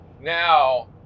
Now